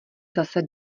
zase